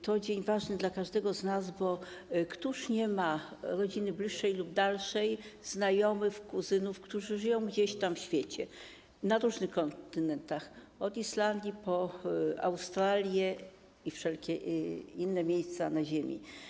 To dzień ważny dla każdego z nas, bo któż nie ma rodziny, bliższej lub dalszej, znajomych, kuzynów, którzy żyją gdzieś tam, w świecie, na różnych kontynentach, od Islandii po Australię i wszelkie inne miejsca na ziemi.